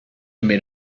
meet